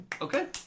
Okay